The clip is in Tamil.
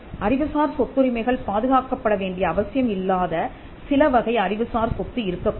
அறிவுசார் சொத்துரிமைகள் பாதுகாக்கப்பட வேண்டிய அவசியம் இல்லாத சில வகை அறிவுசார் சொத்து இருக்கக் கூடும்